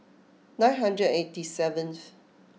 nine hundred and eighty seventh